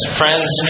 friends